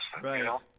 Right